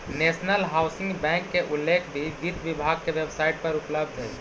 national housing bank के उल्लेख भी वित्त विभाग के वेबसाइट पर उपलब्ध हइ